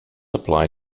apply